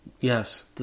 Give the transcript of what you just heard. yes